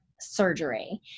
surgery